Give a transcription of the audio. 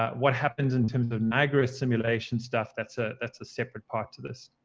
but what happens in terms of niagara's simulation stuff, that's ah that's a separate part to this.